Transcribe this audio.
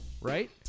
right